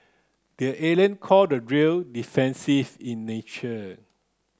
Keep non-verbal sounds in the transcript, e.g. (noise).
the (unintelligible) call the drill defensive in nature